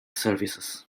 services